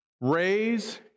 raise